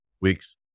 weeks